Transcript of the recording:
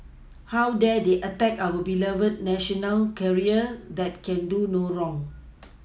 how dare they attack our beloved national carrier that can do no wrong